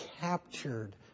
captured